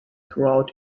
throughout